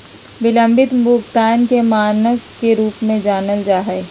बिलम्बित भुगतान के मानक के रूप में जानल जा हइ